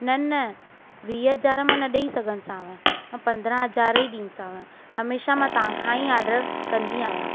न न वीह हज़ार मां न ॾेई सघनि साव मां पंद्रहं हज़ार ई ॾींदीसाव हमेशह मां तव्हां खां ई ऑडर कंदी आहियां